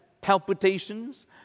palpitations